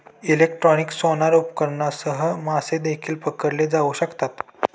electronic sonar उपकरणांसह मासे देखील पकडले जाऊ शकतात